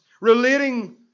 relating